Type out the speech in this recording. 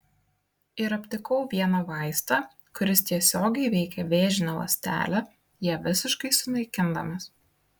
ir aptikau vieną vaistą kuris tiesiogiai veikia vėžinę ląstelę ją visiškai sunaikindamas